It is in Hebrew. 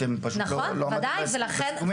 אתם פשוט לא עמדתם בסיכומים.